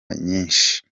nyinshi